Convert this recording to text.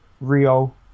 Rio